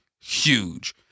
huge